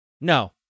No